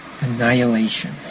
annihilation